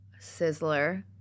Sizzler